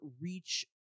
reach